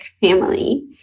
family